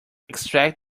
extract